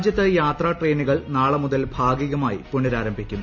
രാജ്യത്ത് യാത്രാ ട്രെയിനുകൾ നീള്ളെ മുതൽ ഭാഗികമായി പുനരാരംഭിക്കും